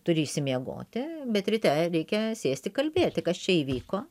turi išsimiegoti bet ryte reikia sėsti kalbėti kas čia įvyko